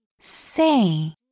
Say